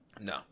No